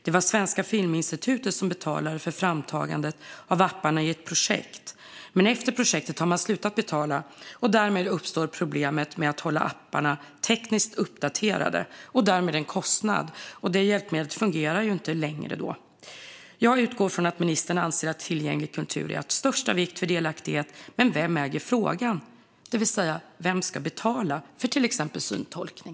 Det var Svenska Filminstitutet som betalade för framtagandet av apparna i ett projekt. Men efter projektet har man slutat betala, och därmed uppstår problemet med att hålla apparna tekniskt uppdaterade. Det innebär en kostnad. Det hjälpmedlet fungerar inte längre. Jag utgår från att ministern anser att tillgänglig kultur är av största vikt för delaktighet, men vem äger frågan? Vem ska betala för till exempel syntolkning?